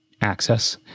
access